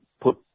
put